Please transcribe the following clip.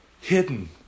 hidden